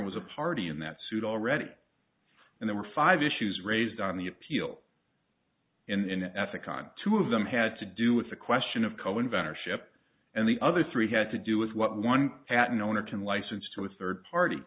was a party in that suit already and there were five issues raised on the appeal in ethicon two of them had to do with the question of co inventor ship and the other three had to do with what one had an owner can license to a third party